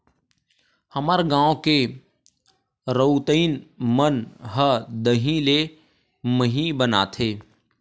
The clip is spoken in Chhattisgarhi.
हमर गांव के रउतइन मन ह दही ले मही बनाथे